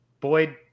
Boyd